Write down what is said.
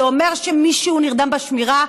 זה אומר שמישהו נרדם בשמירה,